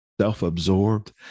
self-absorbed